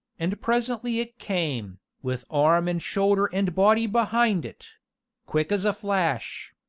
and presently it came, with arm and shoulder and body behind it quick as a flash,